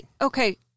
Okay